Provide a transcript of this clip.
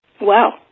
Wow